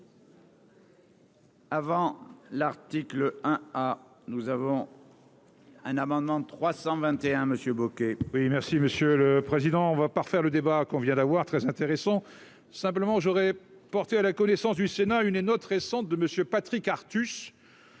Avant l'article hein, ah, nous avons un amendement 321 monsieur Bocquet. Oui, merci Monsieur le Président, on va pas refaire le débat qu'on vient d'avoir très intéressant, simplement j'aurais porté à la connaissance du Sénat une et Notes récentes de Monsieur Patrick Arthus,